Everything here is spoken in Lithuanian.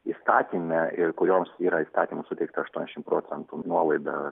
įstatyme ir kurioms yra įstatymu suteikta aštuoniasdešimt procentų nuolaida